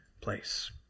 place